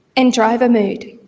and driver mood.